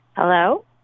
Hello